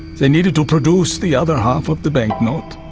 they needed to produce the other half of the bank note,